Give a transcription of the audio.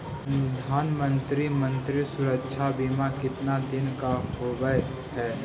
प्रधानमंत्री मंत्री सुरक्षा बिमा कितना दिन का होबय है?